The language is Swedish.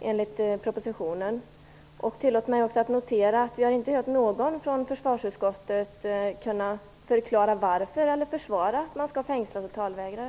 enligt propositionen. Tillåt mig också att notera att vi inte har hört någon från försvarsutskottet som har kunnat förklara varför eller försvara att man skall fängsla totalvägrare.